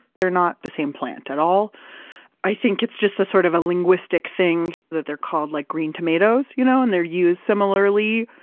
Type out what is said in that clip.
they're not the same plant at all, and i think it's just a sort of a linguistic thing, that they're called like green tomatoes, you know and they're used similarly,